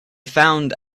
found